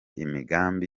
imigambi